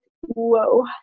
whoa